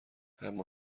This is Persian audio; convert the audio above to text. اما